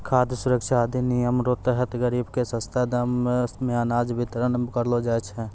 खाद सुरक्षा अधिनियम रो तहत गरीब के सस्ता दाम मे अनाज बितरण करलो जाय छै